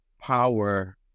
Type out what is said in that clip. power